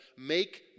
make